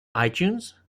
itunes